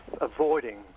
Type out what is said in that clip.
avoiding